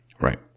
Right